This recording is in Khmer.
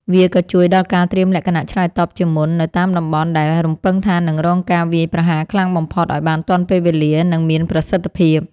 វាក៏ជួយដល់ការត្រៀមលក្ខណៈឆ្លើយតបជាមុន នៅតាមតំបន់ដែលរំពឹងថានឹងរងការវាយប្រហារខ្លាំងបំផុត ឱ្យបានទាន់ពេលវេលា និងមានប្រសិទ្ធភាព។